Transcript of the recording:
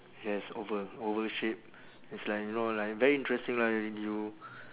yes oval oval shape it's like you know like very interesting lah you